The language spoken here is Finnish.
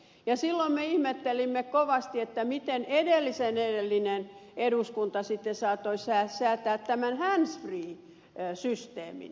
silloin me ihmettelimme kovasti miten edellisen edellinen eduskunta sitten saattoi säätää tämän handsfree systeemin